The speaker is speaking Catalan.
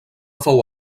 fou